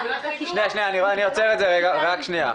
אני עוצר, שניה,